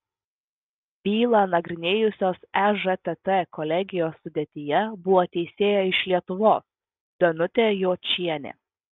bylą nagrinėjusios ežtt kolegijos sudėtyje buvo teisėja iš lietuvos danutė jočienė